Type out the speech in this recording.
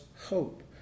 hope